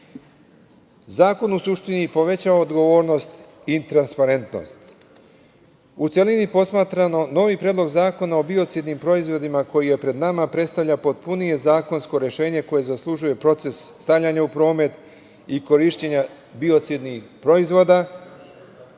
u suštini povećava odgovornost i transparentnost. U celini posmatrano, novi Predlog zakona o biocidnim proizvodima koji je pred nama predstavlja potpunije zakonsko rešenje koje zaslužuje proces stavljanja u promet i korišćenja biocidnih proizvoda,